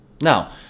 Now